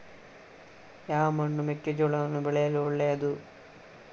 ಯಾವ ಮಣ್ಣು ಮೆಕ್ಕೆಜೋಳವನ್ನು ಬೆಳೆಯಲು ಒಳ್ಳೆಯದು?